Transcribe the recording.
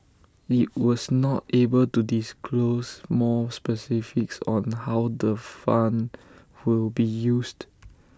IT was not able to disclose more specifics on how the fund will be used